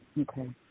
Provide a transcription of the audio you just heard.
Okay